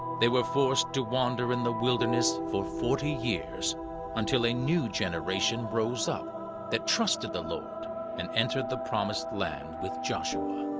they were forced to wander in the wilderness for forty years until a new generation rose up that trusted the lord and entered the promised land with joshua.